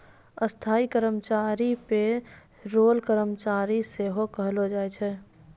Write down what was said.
स्थायी कर्मचारी के पे रोल कर्मचारी सेहो कहलो जाय छै